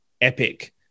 epic